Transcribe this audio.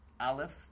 aleph